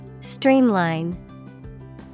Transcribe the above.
Streamline